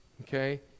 Okay